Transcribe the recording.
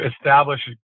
establish